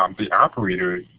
um the operator